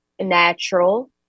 natural